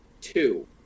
two